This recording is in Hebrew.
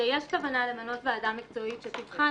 שיש כוונה למנות ועדה מקצועית שתבחן